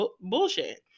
bullshit